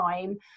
time